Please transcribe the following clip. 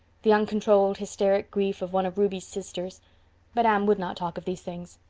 the uncontrolled, hysteric grief of one of ruby's sisters but anne would not talk of these things.